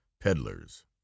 peddlers